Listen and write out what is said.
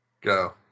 Go